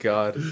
God